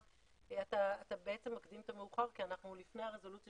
אתה בעצם מקדים את המאוחר כי אנחנו לפני הרזולוציה